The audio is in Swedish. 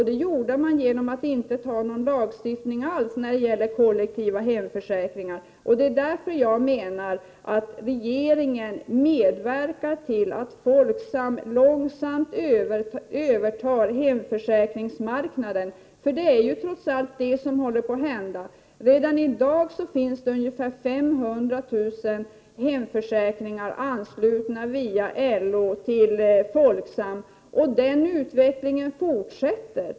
Det gjorde man genom att inte anta någon lagstiftning alls om kollektiva hemförsäkringar. Det är därför jag menar att regeringen medverkar till att Folksam | långsamt övertar hemförsäkringsmarknaden, för det är trots allt det som | håller på att hända. Redan i dag finns det ungefär 500 000 hemförsäkringar anslutna till 65 Folksam via LO. Den utvecklingen fortsätter.